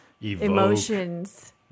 emotions